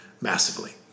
massively